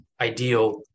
ideal